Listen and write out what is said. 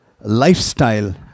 lifestyle